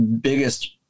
biggest